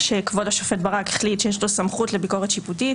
שכבוד השופט ברק החליט שיש לו סמכות לביקורת שיפוטית